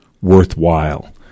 worthwhile